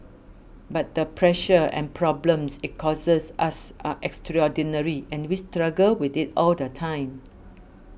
but the pressure and problems it causes us are extraordinary and we struggle with it all the time